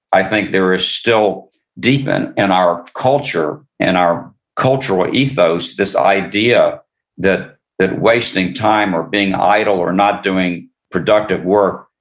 i think there is still deep in and our culture, in our cultural ethos, this idea that that wasting time, or being idle, or not doing productive work,